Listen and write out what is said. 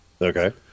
Okay